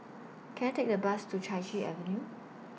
Can I Take A Bus to Chai Chee Avenue